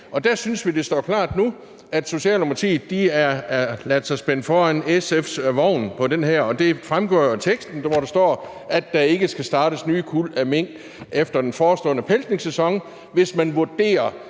Og der synes vi, det står klart nu, at Socialdemokratiet har ladet sig spænde for SF's vogn her, hvilket jo fremgår af teksten, hvor der står, at der ikke skal startes nye kuld af mink efter den forestående pelsningssæson, hvis man vurderer,